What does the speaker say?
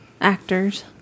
actors